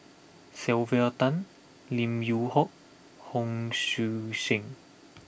Sylvia Tan Lim Yew Hock Hon Sui Sen